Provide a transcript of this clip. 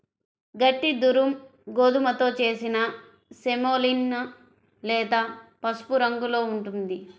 గట్టి దురుమ్ గోధుమతో చేసిన సెమోలినా లేత పసుపు రంగులో ఉంటుంది